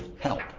Help